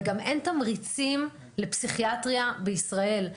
וגם אין תמריצים לפסיכיאטריה בישראל.